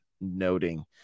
noting